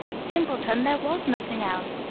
simpleton, there was nothing else!